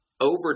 Over